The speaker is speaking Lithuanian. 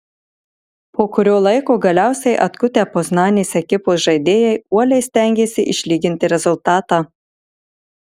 po kurio laiko galiausiai atkutę poznanės ekipos žaidėjai uoliai stengėsi išlyginti rezultatą